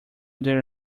their